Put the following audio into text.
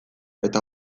eta